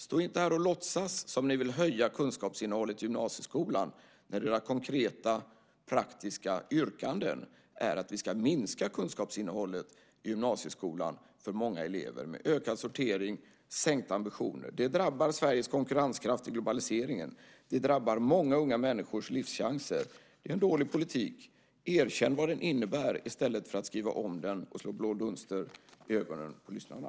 Stå inte här och låtsas som om ni vill höja kunskapsinnehållet i gymnasieskolan när era konkreta, praktiska yrkanden är att vi ska minska kunskapsinnehållet i gymnasieskolan för många elever genom ökad sortering och sänkta ambitioner. Det drabbar Sveriges konkurrenskraft i globaliseringen. Det drabbar många unga människors livschanser. Det är en dålig politik. Erkänn vad den innebär i stället för att skriva om den och slå blå dunster i ögonen på lyssnarna!